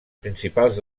principals